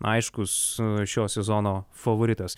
aiškus šio sezono favoritas